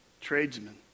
tradesmen